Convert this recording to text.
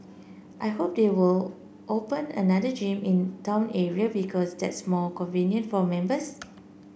I hope they will open another gym in the town area because that's more convenient for members